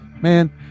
man